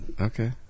Okay